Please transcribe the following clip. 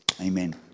Amen